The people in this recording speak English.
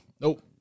nope